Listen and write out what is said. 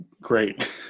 great